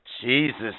Jesus